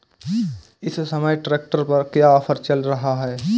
इस समय ट्रैक्टर पर क्या ऑफर चल रहा है?